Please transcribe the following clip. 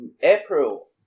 April